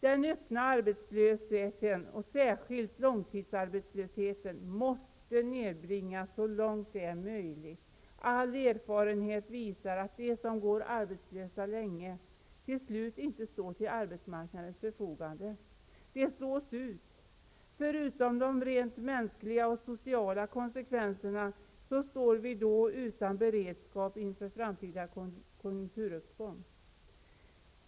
Den öppna arbetslösheten och särskilt långtidsarbetslösheten måste nedbringas så långt det är möjligt. All erfarenhet visar att de som går arbetslösa länge till slut inte står till arbetsmarknadens förfogande. De slås ut. Förutom de rent mänskliga och sociala konsekvenserna står vi då utan beredskap inför framtida konjunkturuppgång.